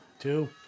Two